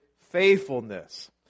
faithfulness